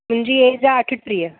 मुंहिंजी एज आहे अठटीह